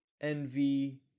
envy